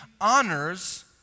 honors